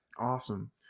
awesome